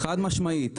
חד-משמעית.